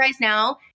now